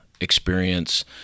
experience